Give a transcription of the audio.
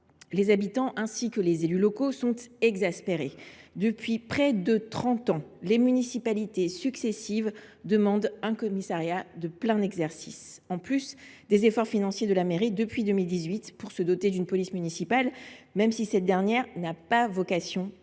Les habitants, ainsi que les élus locaux, sont exaspérés. Depuis près de trente ans, les municipalités successives demandent un commissariat de plein exercice. La mairie a consenti des efforts financiers depuis 2018 pour se doter d’une police municipale, mais cette dernière n’a pas vocation à se